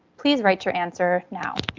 please write your answer now.